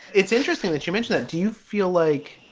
it's interesting that you mention that do you feel like.